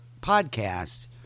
podcast